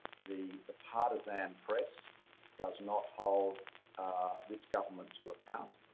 the the partisan press does not hold this government to account.